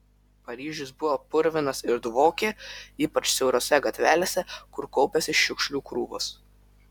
paryžius buvo purvinas ir dvokė ypač siaurose gatvelėse kur kaupėsi šiukšlių krūvos